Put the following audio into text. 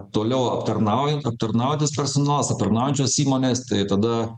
toliau aptarnaujan aptarnaujantis personalas aptarnaujančios įmonės tai tada